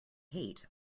hate